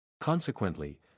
Consequently